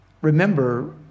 remember